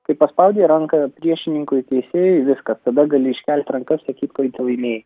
kai paspaudei ranką priešininkui teisėjui viskas tada gali iškelti rankas sakyt kad ten laimėjai